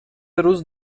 روز